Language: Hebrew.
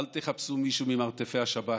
אל תחפשו מישהו ממרתפי השב"כ.